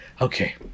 okay